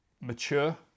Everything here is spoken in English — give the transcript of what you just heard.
mature